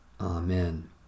Amen